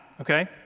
Okay